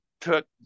took